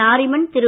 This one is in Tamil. நாரிமன் திரு